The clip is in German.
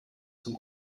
zum